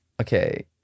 Okay